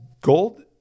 gold